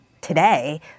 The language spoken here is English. today